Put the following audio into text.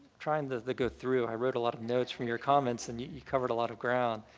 trying to go through. i wrote a lot of notes from your comments and you you covered a lot of ground.